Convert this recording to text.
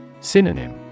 Synonym